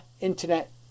internet